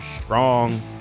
strong